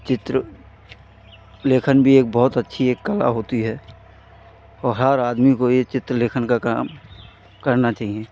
चित्र लेखन भी एक बहुत अच्छी एक कला होती है और हर आदमी को यह चित्र लेखन का काम करना चाहिए